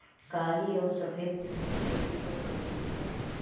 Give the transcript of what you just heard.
काली अउर सफेद तिल के खेती कब करे के चाही?